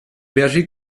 berger